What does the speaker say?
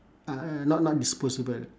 uh not not disposable